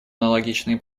аналогичные